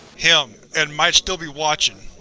him, and might still be watching.